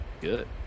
Good